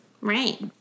Right